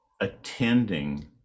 attending